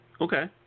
Okay